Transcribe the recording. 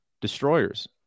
destroyers